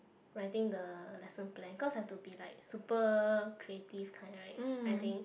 writing the lesson plan cause have to be like super creative kind right I think